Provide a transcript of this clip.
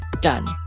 Done